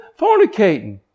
fornicating